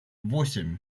восемь